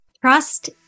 Trust